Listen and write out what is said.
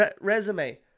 resume